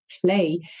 play